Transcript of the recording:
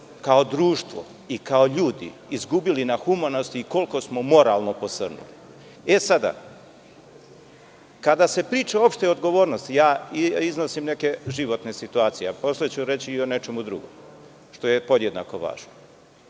kao društvo i kao ljudi, izgubili na humanosti, koliko smo moralno posrnuli. Kada se priča o opštoj odgovornosti, iznosim neke životne situacije, a posle ću reći i o nečemu drugom što je podjednako važno,